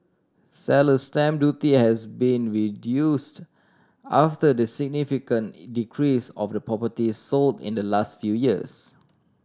seller's stamp duty has been reduced after the significant decrease of the properties sold in the last few years